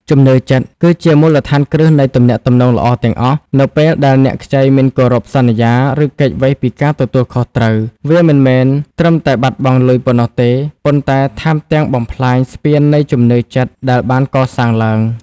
ជំនឿចិត្តគឺជាមូលដ្ឋានគ្រឹះនៃទំនាក់ទំនងល្អទាំងអស់ នៅពេលដែលអ្នកខ្ចីមិនគោរពការសន្យា ឬគេចវេះពីការទទួលខុសត្រូវ វាមិនមែនត្រឹមតែបាត់បង់លុយប៉ុណ្ណោះទេ ប៉ុន្តែថែមទាំងបំផ្លាញស្ពាននៃជំនឿចិត្តដែលបានកសាងឡើង។